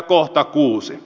kohta kuusi